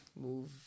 move